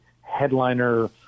headliner